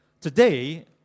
Today